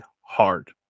hard